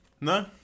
No